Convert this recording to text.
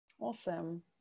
Awesome